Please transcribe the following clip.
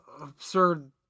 absurd